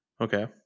Okay